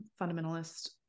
fundamentalist